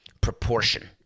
proportion